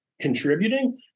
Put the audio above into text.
contributing